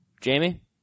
Jamie